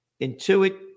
Intuit